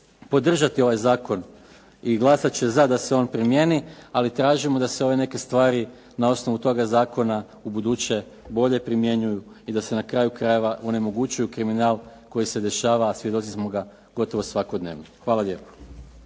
podržati ovaj zakon i glasat će za da se on primijeni, ali tražimo da se ove neke stvari na osnovu toga zakona ubuduće bolje primjenjuju i da se na kraju krajeva onemogućuju kriminal koji se dešava, a svjedoci smo ga gotovo svakodnevno. Hvala lijepo.